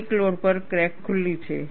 peak load પર crack ખુલ્લી છે